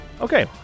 Okay